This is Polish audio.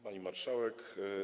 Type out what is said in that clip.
Pani Marszałek!